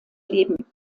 leben